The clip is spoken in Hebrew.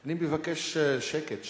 אני מבקש שקט שם.